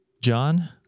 John